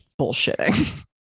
bullshitting